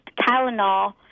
Tylenol